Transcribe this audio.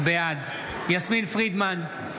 בעד יסמין פרידמן,